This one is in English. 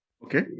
Okay